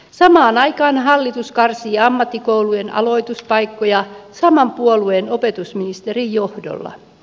samaan aikaan hallitus karsii ammattikoulujen aloituspaikkoja saman puolueen opetusministerin johdolla